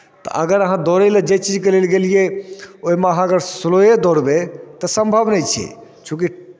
तऽ अगर अहाँ दौड़य लेल जाहि चीजके लेल गेलियै ओहिमे अगर अहाँ स्लोए दौड़बै तऽ सम्भव नहि छै चूँकि